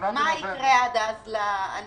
מה יקרה עד אז ללקוח,